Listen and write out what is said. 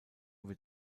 wird